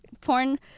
porn